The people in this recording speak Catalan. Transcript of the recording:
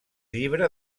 llibre